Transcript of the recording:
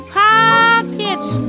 pockets